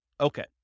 Okay